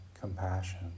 compassion